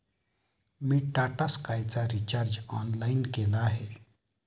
मी टाटा स्कायचा recharge online केला आहे